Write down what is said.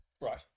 Right